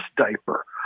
diaper